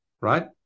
right